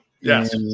Yes